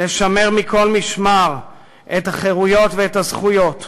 לשמר מכל משמר את החירויות ואת הזכויות,